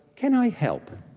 can i help?